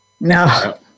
No